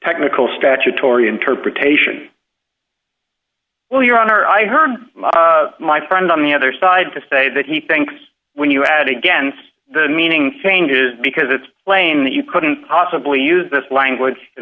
technical statutory interpretation well your honor i heard my friend on the other side to say that he thinks when you add against the meaning thing is because it's plain that you couldn't possibly use this language